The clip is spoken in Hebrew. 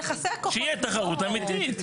יחסי הכוחות --- שתהיה תחרות אמיתית.